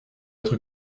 être